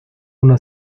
una